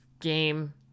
game